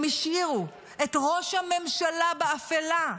הם השאירו את ראש הממשלה באפלה.